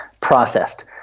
processed